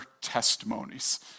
testimonies